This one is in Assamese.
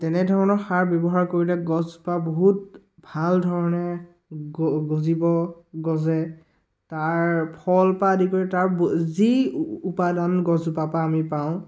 তেনেধৰণৰ সাৰ ব্যৱহাৰ কৰিলে গছজোপা বহুত ভাল ধৰণে গ গজিব গজে তাৰ ফলৰ পৰা আদি কৰি তাৰ যি উপাদান আমি গছ জোপাৰ পৰা আমি পাওঁ